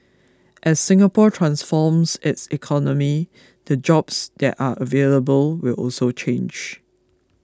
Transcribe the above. as Singapore transforms its economy the jobs that are available will also change